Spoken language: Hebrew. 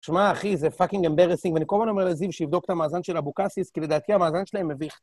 ת'שמע, אחי, זה פאקינג אמברסינג, אני כל הזמן אומר לזיו שיבדוק את המאזן של אבוקסיס, כי לדעתי המאזן שלהם מביך.